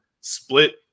split